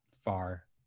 far